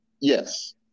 Yes